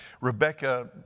Rebecca